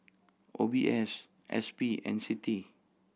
O B S S P and CITI